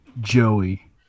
Joey